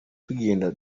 tugenda